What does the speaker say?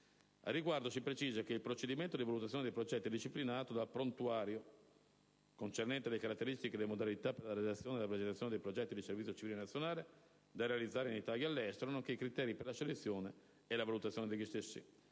Al riguardo si precisa che il procedimento di valutazione dei progetti è disciplinato dal «Prontuario contenente le caratteristiche e le modalità per la redazione e la presentazione dei progetti di servizio civile nazionale da realizzare in Italia e all'estero, nonché i criteri per la selezione e la valutazione degli stessi»,